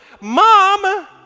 Mom